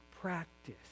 practice